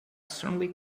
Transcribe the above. strongly